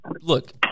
look